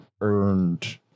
earned